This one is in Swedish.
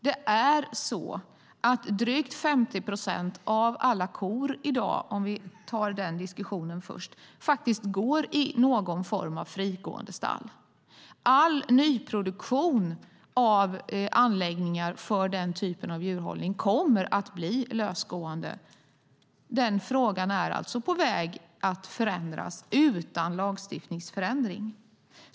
Drygt 50 procent av alla kor, om vi tar den diskussionen först, har i dag någon form av frigående i stall. All nyproduktion av anläggningar för den typen av djurhållning kommer att bli för lösgående. Den frågan är alltså på väg att förändras utan lagstiftningsförändring.